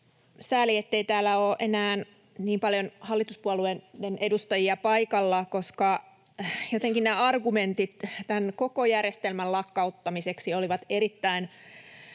Sääli, ettei täällä ole enää niin paljon hallituspuolueiden edustajia paikalla, koska jotenkin ne argumentit tämän koko järjestelmän lakkauttamiseksi olivat erittäin